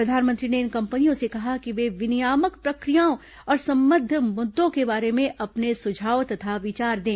प्रधानमंत्री ने इन कंपनियों से कहा कि वे विनियामक प्रक्रियाओं और संबंद्व मुद्दों के बारे में अपने सुझाव तथा विचार दें